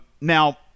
Now